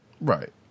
Right